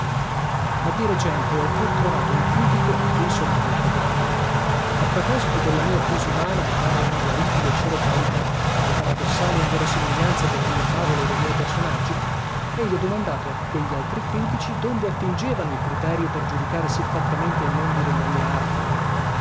ma di recente ho pur trovato un critico a cui son molto grato a proposito della mia disumana e pare inguaribile cerebralità e paradossale inverosimiglianza delle mie favole e dei miei personaggi egli ha domandato a quegli altri critici donde attingevano il criterio per giudicare siffattamente il mondo della mia arte